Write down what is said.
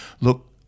Look